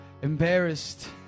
embarrassed